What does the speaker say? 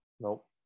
Nope